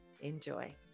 Enjoy